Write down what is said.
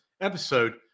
episode